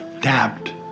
tapped